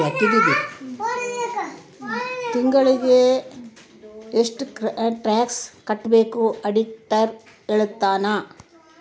ತಿಂಗಳಿಗೆ ಎಷ್ಟ್ ಟ್ಯಾಕ್ಸ್ ಕಟ್ಬೇಕು ಆಡಿಟರ್ ಹೇಳ್ತನ